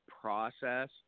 process